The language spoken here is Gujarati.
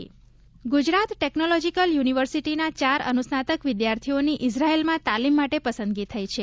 જીટીયુ ગુજરાત ટેકનોલોજીકલ યુનિવર્સિટીના ચાર અનુસ્નાતક વિદ્યાર્થીઓની ઇઝરાયલમાં તાલીમ માટે પસંદગી થઇ છે